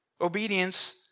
obedience